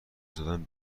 زدن